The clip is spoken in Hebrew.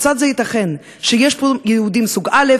כיצד זה ייתכן שיש פה יהודים סוג א',